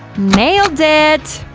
nailed it!